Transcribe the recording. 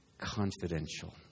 confidential